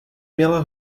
měla